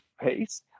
face